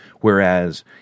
whereas